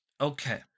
okay